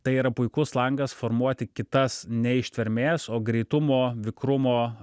tai yra puikus langas formuoti kitas ne ištvermės o greitumo vikrumo